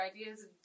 ideas